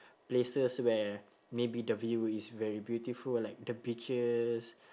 places where maybe the view is very beautiful like the beaches